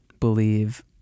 believe